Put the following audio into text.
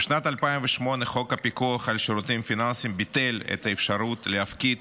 בשנת 2008 חוק הפיקוח על שירותים פיננסיים ביטל את האפשרות להפקיד